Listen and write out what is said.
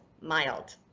mild